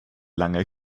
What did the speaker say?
lange